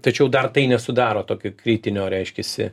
tačiau dar tai nesudaro tokio kritinio reiškiasi